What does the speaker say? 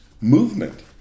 movement